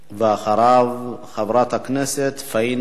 ואחריו, חברת הכנסת פאינה קירשנבאום.